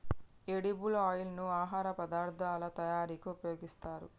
edible oil ను ఆహార పదార్ధాల తయారీకి ఉపయోగిస్తారు